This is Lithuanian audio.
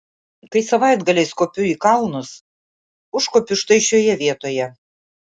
kai savaitgaliais kopiu į kalnus užkopiu štai šioje vietoje